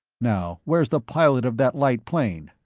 now, where's the pilot of that light plane